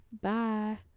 bye